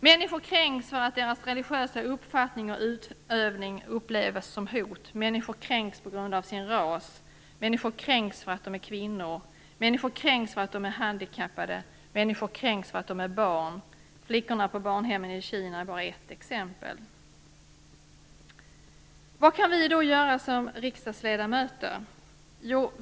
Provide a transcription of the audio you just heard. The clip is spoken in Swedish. Människor kränks för att deras religiösa uppfattning och utövning upplevs som ett hot. Människor kränks på grund av sin ras. Människor kränks för att de är kvinnor, för att de är handikappade och för att de är barn. Flickorna på barnhemmen i Kina är bara ett exempel. Vad kan vi då göra som riksdagsledamöter?